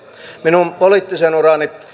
minun poliittisen urani